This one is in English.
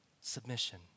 submission